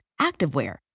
activewear